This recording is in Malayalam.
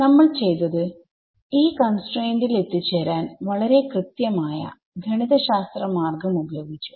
നമ്മൾ ചെയ്തത്ഈ കൺസ്ട്രൈന്റിൽ എത്തിച്ചേരാൻ വളരെ കൃത്യമായ ഗണിതശാസ്ത്ര മാർഗം ഉപയോഗിച്ചു